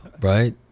right